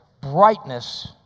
Brightness